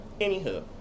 Anywho